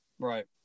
Right